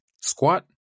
Squat